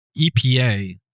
EPA